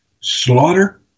slaughter